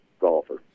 golfer